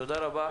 תודה רבה.